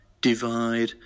divide